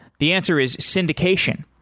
the answer is syndication.